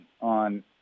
on